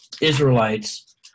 Israelites